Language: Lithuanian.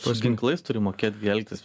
su ginklais turi mokėt gi elgtis